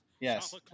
Yes